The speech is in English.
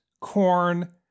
corn